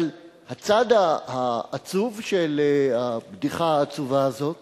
אבל הצד העצוב של הבדיחה העצובה הזאת